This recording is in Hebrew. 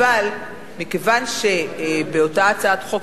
אבל מכיוון שבאותה הצעת חוק,